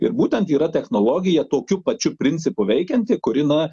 ir būtent yra technologija tokiu pačiu principu veikianti kuri na